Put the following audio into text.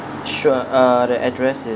sure uh the address is